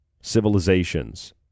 civilizations